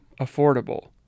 affordable